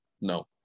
No